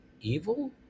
evil